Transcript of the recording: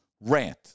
rant